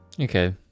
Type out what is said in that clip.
okay